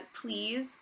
please